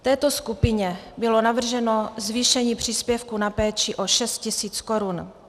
Této skupině bylo navrženo zvýšení příspěvku na péči o 6 000 korun.